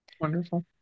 Wonderful